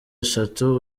eshatu